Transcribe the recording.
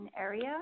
area